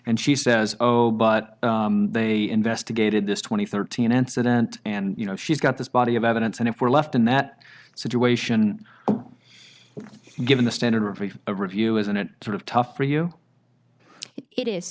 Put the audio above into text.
and she says oh but they investigated this twenty thirteen incident and you know she's got this body of evidence and if we're left in that situation given the standard of a review isn't it sort of tough for you it is